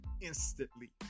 instantly